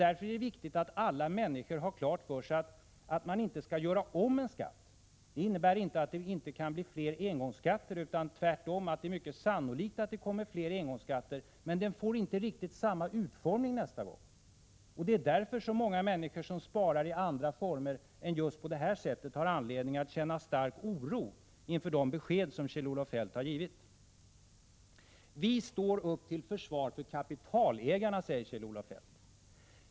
Därför är det viktigt att alla människor har klart för sig att detta att regeringen säger sig inte ämna göra om en skatt inte innebär att det inte skall bli fler engångsskatter. Tvärtom är det mycket sannolikt att det kommer fler. Men engångsskatten får inte riktigt samma utformning nästa gång. Det är därför många människor som sparar i andra former än just den här har anledning att känna stark oro inför de besked som Kjell-Olof Feldt har givit. Ni står upp till försvar av kapitalägarna, säger Kjell-Olof Feldt.